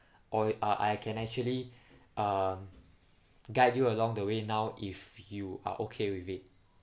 or uh I can actually uh guide you along the way now if you are okay with it